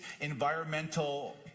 environmental